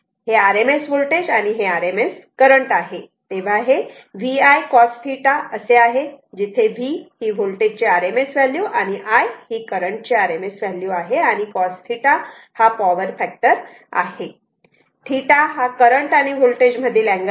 हे RMS voltage आणि हे RMS करंट आहे तेव्हा हे VI cos θ असे आहे जिथे V व्होल्टेजची RMS व्हॅल्यू आणि I करंट ची RMS व्हॅल्यू आहे आणि cos θ हा पॉवर फॅक्टर आहे θ हा करंट आणि होल्टेज मधील अँगल आहे